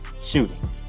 Shooting